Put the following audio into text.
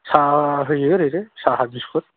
साहा होयो आरैनो साहा बिस्कुत